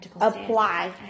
apply